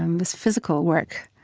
and this physical work,